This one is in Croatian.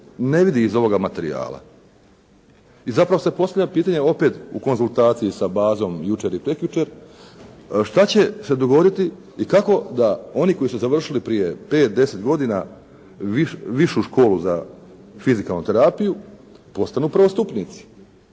ne vidi iz ovoga materijala. I zapravo se postavlja pitanje opet u konzultaciji sa bazom jučer i prekjučer, što će se dogoditi i kako da oni koji su završili prije pet, deset godina Višu školu za fizikalnu terapiju postanu prvostupnici.